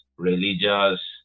religious